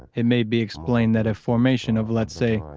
it may be explained that a formation of, let's say,